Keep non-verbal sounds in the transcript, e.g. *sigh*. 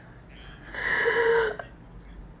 *noise*